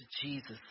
Jesus